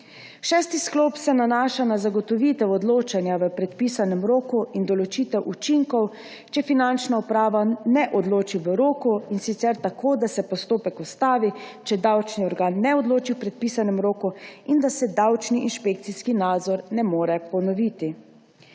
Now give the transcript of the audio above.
Šesti sklop se nanaša na zagotovitev odločanja v predpisanem roku in določitev učinkov, če Finančna uprava ne odloči v roku, in sicer tako, da se postopek ustavi, če davčni organ ne odloči v predpisanem roku, in da se davčni inšpekcijski nadzor ne more ponoviti.